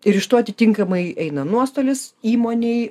ir iš to atitinkamai eina nuostolis įmonei